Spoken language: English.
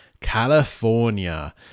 California